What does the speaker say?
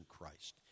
Christ